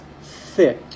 thick